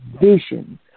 vision